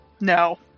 No